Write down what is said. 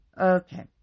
Okay